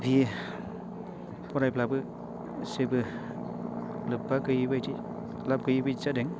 बिए फरायब्लाबो जेबो लोब्बा गैयि बायदि लाब गैयि बायदि जादों